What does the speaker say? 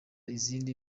izindi